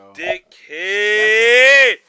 dickhead